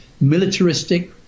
militaristic